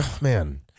Man